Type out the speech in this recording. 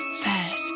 fast